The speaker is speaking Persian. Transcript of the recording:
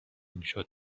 میشد